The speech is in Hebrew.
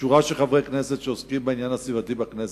שורה של חברי כנסת שעוסקים בעניין הסביבתי בכנסת,